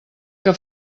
que